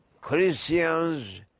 Christians